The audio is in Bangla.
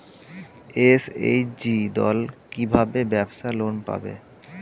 এস.এইচ.জি দল কী ভাবে ব্যাবসা লোন পাবে?